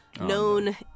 known